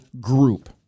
group